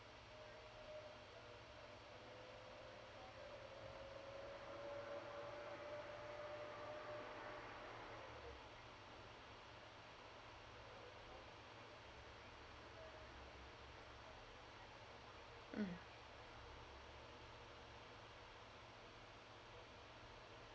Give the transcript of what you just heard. mm